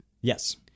Yes